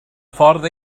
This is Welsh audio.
ffordd